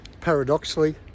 paradoxically